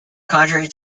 contrary